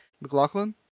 McLaughlin